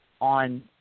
on